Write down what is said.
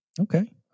Okay